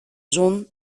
zon